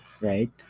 right